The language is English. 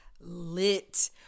lit